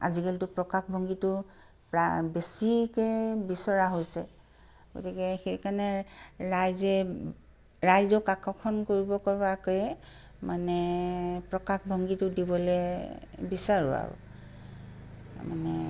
আজিকালিটো প্ৰকাশভংগিটো প্ৰায় বেছিকৈ বিচৰা হৈছে গতিকে সেইকাৰণে ৰাইজে ৰাইজক আকৰ্ষণ কৰিব পৰাকৈ মানে প্ৰকাশভংগিটো দিবলৈ বিচাৰোঁ আৰু মানে